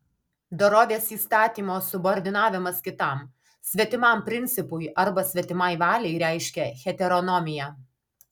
dorovės įstatymo subordinavimas kitam svetimam principui arba svetimai valiai reiškia heteronomiją